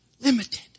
limited